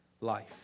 life